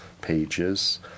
pages